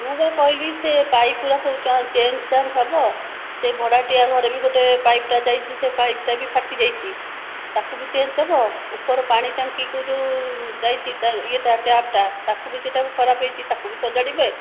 ମୁଁ ପରା କହିଲି ସେ ପାଇପ୍ ଗୁଡ଼ା ସବୁ ଚେଞ୍ଜ ଚାଞ୍ଜ ହେବ ସେ ଭଡ଼ାଟିଆ ଘରେ ବି ଗୋଟେ ପାଇପ୍ ଟା ଯାଇଛି ସେ ପାଇପ୍ ଟା ବି ଫାଟିଯାଇଛି ତାକୁ ବି ଚେଞ୍ଜ ହେବ ଉପର ପାଣିଟାଙ୍କିକୁ ଯେଉଁ ଯାଇଛି ତା ଇଏଟା ଟ୍ୟାପଟା ତାକୁ ବି ସେଟା ବି ଖରାପ୍ ହେଇଛି ତାକୁ ବି ସଜାଡ଼ିବେ